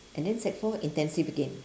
and then sec four intensive again